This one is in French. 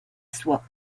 soie